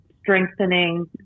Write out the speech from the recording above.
strengthening